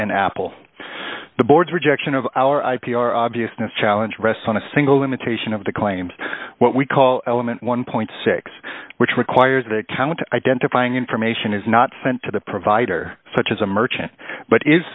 and apple the board's rejection of our i p r obviousness challenge rests on a single limitation of the claims what we call element one point six which requires the account identifying information is not sent to the provider such as a merchant but is